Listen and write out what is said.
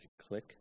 Click